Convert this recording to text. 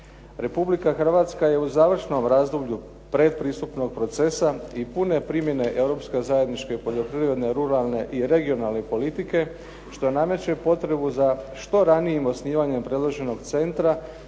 Republika Hrvatska je u završnom razdoblju predpristupnog procesa i pune primjene europske zajedničke poljoprivredne, ruralne i regionalne politike što nameće potrebu za što ranijim osnivanjem predloženog centra